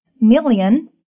million